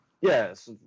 Yes